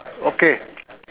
okay